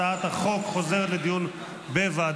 הצעת החוק חוזרת לדיון בוועדת